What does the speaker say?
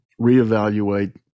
reevaluate